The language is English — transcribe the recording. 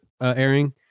airing